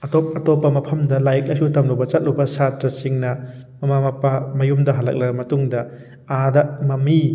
ꯑꯇꯣꯞ ꯑꯇꯣꯞꯄ ꯃꯐꯝꯗ ꯂꯥꯏꯔꯤꯛ ꯂꯥꯏꯁꯨ ꯇꯝꯂꯨꯕ ꯆꯠꯂꯨꯕ ꯁꯥꯇ꯭ꯔꯁꯤꯡꯅ ꯃꯃꯥ ꯃꯄꯥ ꯃꯌꯨꯝꯗ ꯍꯜꯂꯛꯂꯕ ꯃꯇꯨꯡꯗ ꯑꯥꯗ ꯃꯝꯃꯤ